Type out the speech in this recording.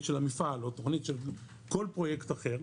של מפעל או תכנית של כל פרויקט אחר,